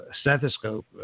stethoscope